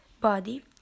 body